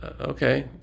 Okay